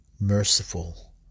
merciful